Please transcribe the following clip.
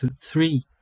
three